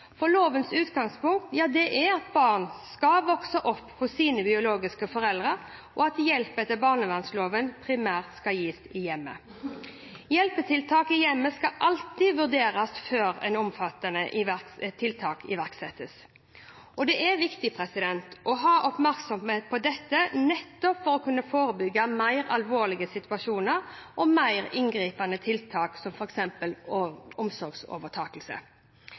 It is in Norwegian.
For lovens utgangspunkt er at barn skal vokse opp hos sine biologiske foreldre, og at hjelp etter barnevernloven primært skal gis i hjemmet. Hjelpetiltak i hjemmet skal alltid vurderes før mer omfattende tiltak iverksettes. Det er viktig å ha oppmerksomhet på dette nettopp for å kunne forebygge mer alvorlige situasjoner og mer inngripende tiltak, som f.eks. omsorgsovertakelse. Formålet med å